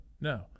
No